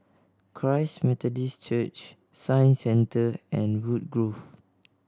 Christ Methodist Church Science Centre and Woodgrove